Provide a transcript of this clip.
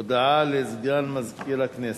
הודעה לסגן מזכירת הכנסת.